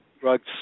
drugs